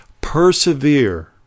Persevere